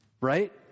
right